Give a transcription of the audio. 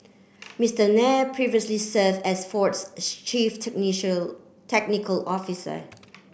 Mister Nair previously serve as Ford's chief technical officer